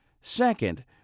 Second